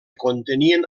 contenien